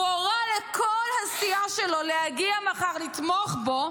הוא הורה לכל הסיעה שלו להגיע מחר ולתמוך בו